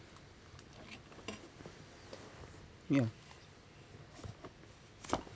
ya